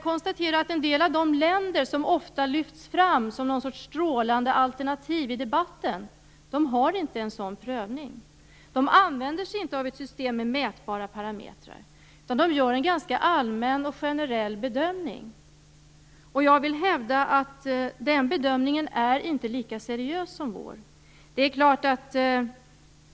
En del av de länder som i debatten ofta lyfts fram som någon sorts strålande alternativ har inte en sådan provning. De använder sig inte av ett system med mätbara parametrar, utan de gör en ganska allmän och generell bedömning. Jag vill hävda att den bedömningen inte är lika seriös som vår.